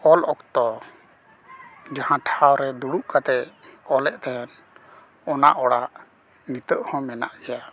ᱚᱞ ᱚᱠᱛᱚ ᱡᱟᱦᱟᱸ ᱴᱷᱟᱶ ᱨᱮ ᱫᱩᱲᱩᱵ ᱠᱟᱛᱮᱫ ᱚᱞᱮᱫ ᱛᱟᱦᱮᱸ ᱚᱱᱟ ᱚᱲᱟᱜ ᱱᱤᱛᱟᱹᱜ ᱦᱚᱸ ᱢᱮᱱᱟᱜ ᱜᱮᱭᱟ